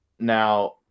Now